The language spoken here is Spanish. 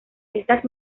estas